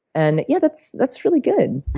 and, yeah, that's that's really good.